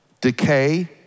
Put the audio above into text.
decay